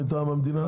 מטעם המדינה?